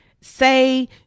say